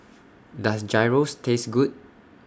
Does Gyros Taste Good